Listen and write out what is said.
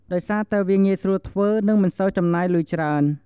ដោយសារតែវាងាយស្រួលធ្វើ និងមិនសូវចំណាយលុយច្រើន។